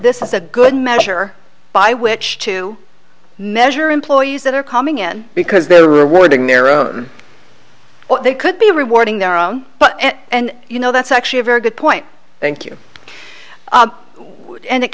this is a good measure by which to measure employees that are coming in because they were doing their own or they could be rewarding their own but and you know that's actually a very good point thank you and it